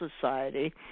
Society